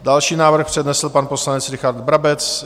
Další návrh přednesl pan poslanec Richard Brabec.